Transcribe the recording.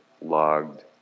logged